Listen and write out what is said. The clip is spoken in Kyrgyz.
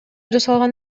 жасалган